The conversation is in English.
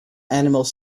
animals